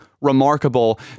remarkable